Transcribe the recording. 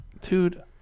dude